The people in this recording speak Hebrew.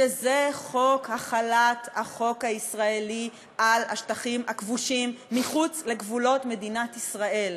שזה חוק החלת החוק הישראלי על השטחים הכבושים מחוץ לגבולות מדינת ישראל.